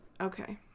Okay